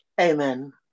Amen